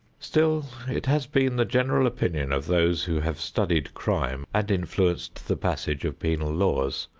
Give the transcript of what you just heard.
still it has been the general opinion of those who have studied crime and influenced the passage of penal laws,